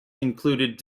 included